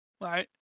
right